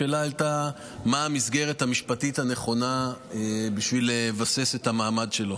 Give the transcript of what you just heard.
השאלה הייתה מהי המסגרת המשפטית הנכונה בשביל לבסס את המעמד שלו.